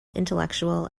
intellectual